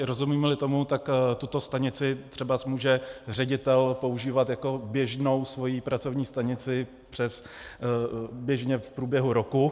Rozumímli tomu, tuto stanici třeba může ředitel používat jako běžnou svoji pracovní stanici běžně v průběhu roku.